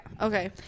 Okay